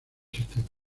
sistemas